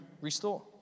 restore